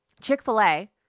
Chick-fil-A